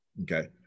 okay